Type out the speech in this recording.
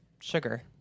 sugar